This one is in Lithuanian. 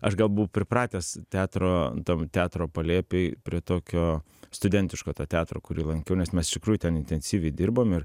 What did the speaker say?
aš gal buvau pripratęs teatro tam teatro palėpėj prie tokio studentiško to teatro kurį lankiau nes mes iš tikrųjų ten intensyviai dirbom ir